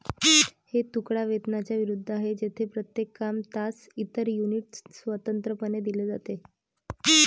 हे तुकडा वेतनाच्या विरुद्ध आहे, जेथे प्रत्येक काम, तास, इतर युनिट स्वतंत्रपणे दिले जाते